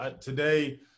today